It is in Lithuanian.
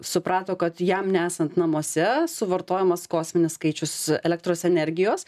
suprato kad jam nesant namuose suvartojamas kosminis skaičius elektros energijos